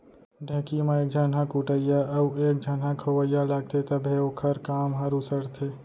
ढेंकी म एक झन ह कुटइया अउ एक झन खोवइया लागथे तभे ओखर काम हर उसरथे